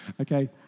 Okay